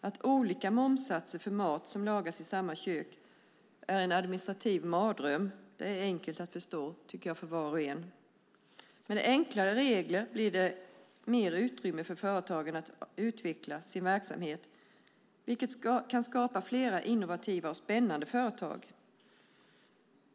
Att olika momssatser för mat som lagas i samma kök är en administrativ mardröm är enkelt för var och en att förstå. Med enklare regler blir det mer utrymme för företagarna att utveckla sin verksamhet, vilket kan skapa fler innovativa och spännande företag.